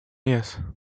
yes